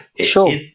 sure